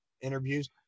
interviews